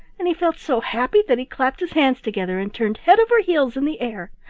and he felt so happy that he clapped his hands together and turned head over heels in the air.